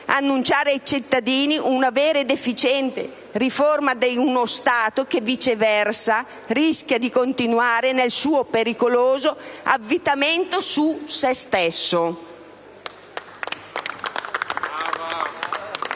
annunciare ai cittadini una vera ed efficiente riforma di uno Stato che, viceversa, rischia di continuare nel suo pericoloso avvitamento su se stesso.